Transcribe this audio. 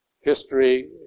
History